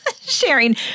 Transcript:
sharing